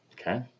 Okay